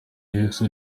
yesu